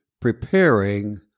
preparing